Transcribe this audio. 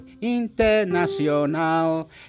International